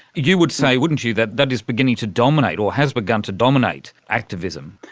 you would say, wouldn't you, that that is beginning to dominate or has begun to dominate activism.